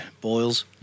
boils